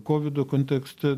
kovido kontekste